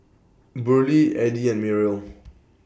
Burley Eddie and Mariel